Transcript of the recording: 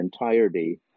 entirety